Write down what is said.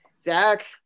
Zach